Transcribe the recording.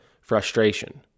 frustration